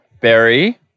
Berry